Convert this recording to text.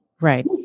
Right